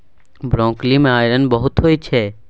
broccoli मे iron बहुत होइ छै